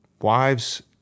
wives